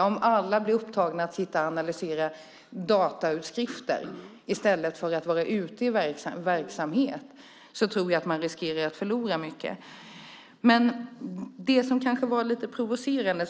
Men om alla blir upptagna med att sitta och analysera datautskrifter i stället för att vara ute i verksamhet tror jag att man riskerar att förlora mycket. Det som justitieministern tog upp och som kanske var lite provocerande